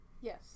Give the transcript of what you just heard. Yes